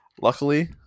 luckily